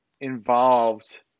involved